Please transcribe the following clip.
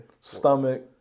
Stomach